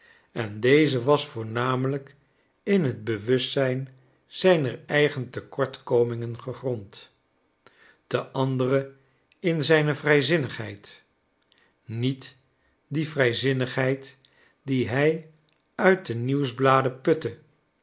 anderen en deze was voornamelijk in het bewustzijn zijner eigen tekortkomingen gegrond ten andere in zijne vrijzinnigheid niet die vrijzinnigheid die hij uit de nieuwsbladen putte